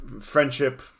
friendship